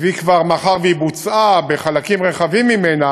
מאחר שהיא בוצעה, בחלקים רחבים ממנה,